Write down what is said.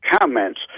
comments